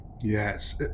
Yes